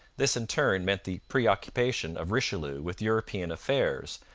this, in turn, meant the preoccupation of richelieu with european affairs,